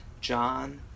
John